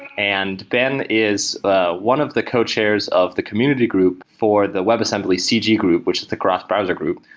and ben is ah one of the co-chairs of the community group for the webassembly cg group, which the cross-browser group.